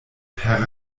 per